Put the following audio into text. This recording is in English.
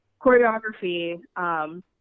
choreography